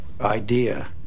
idea